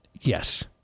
Yes